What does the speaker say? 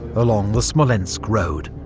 along the smolensk road.